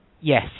yes